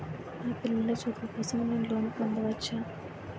నా పిల్లల చదువు కోసం నేను లోన్ పొందవచ్చా?